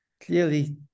clearly